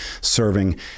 serving